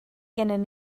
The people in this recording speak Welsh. gennym